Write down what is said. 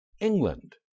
England